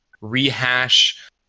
rehash